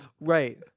Right